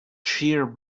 sheer